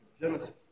Genesis